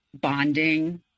Bonding